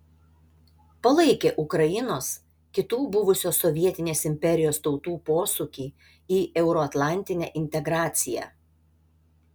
palaikė ukrainos kitų buvusios sovietinės imperijos tautų posūkį į euroatlantinę integraciją